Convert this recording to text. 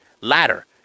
ladder